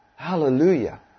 Hallelujah